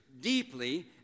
deeply